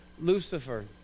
Lucifer